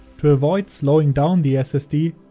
to avoid slowing down the ssd,